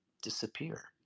disappear